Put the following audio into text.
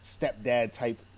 stepdad-type